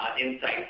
insights